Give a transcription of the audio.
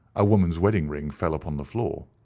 a woman's wedding ring fell upon the floor.